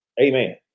amen